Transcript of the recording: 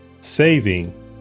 Saving